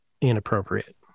inappropriate